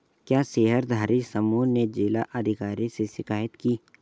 क्या शेयरधारी समूह ने जिला अधिकारी से शिकायत की?